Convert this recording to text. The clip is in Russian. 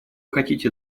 хотите